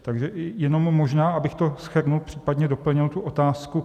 Takže jenom možná, abych to shrnul, případně doplnil tu otázku.